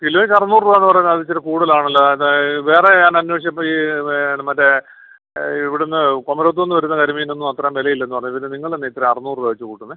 കിലോയ്ക്ക് അറുന്നൂറ് രൂപ എന്ന് പറഞ്ഞാൽ അത് ഇച്ചിരി കൂടുതലാണല്ലോ അത് വേറെ ഞാൻ അന്വേഷിച്ചപ്പോൾ ഈ മറ്റേ ഇവിടെ നിന്ന് കുമരകത്ത് നിന്ന് വരുന്ന കരിമീനിനൊന്നും അത്ര വില ഇല്ലെന്ന് പറഞ്ഞു പിന്നെ നിങ്ങൾ എന്നാ ഇത്ര അറുന്നൂറ് രൂപ വച്ച് കൂട്ടുന്നത്